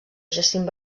jacint